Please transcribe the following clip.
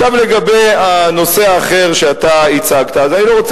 לגבי הנושא האחר שהצגת: אני לא רוצה